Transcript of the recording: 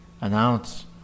announce